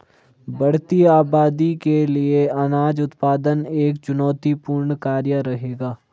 बढ़ती आबादी के लिए अनाज उत्पादन एक चुनौतीपूर्ण कार्य रहेगा